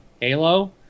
Halo